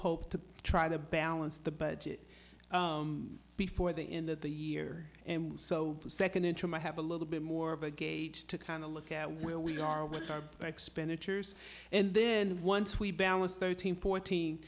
hope to try to balance the budget before the end of the year and so the second interim i have a little bit more of a gauge to kind of look at where we are with our expenditures and then once we balance thirteen fourteen